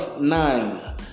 nine